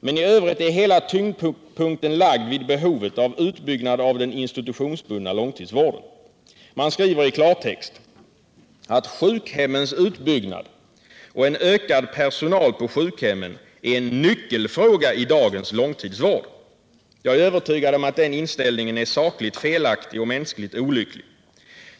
Men i övrigt är hela tyngdpunkten lagd vid behovet av utbyggnad av den institutionsbundna långtidsvården. Man skriver i klartext: ”Sjukhemmens utbyggnad och en ökad personal på sjukhemmen är en nyckelfråga i dagens långtidsvård.” Jag är övertygad om att den inställningen är sakligt felaktig och mänskligt olycklig.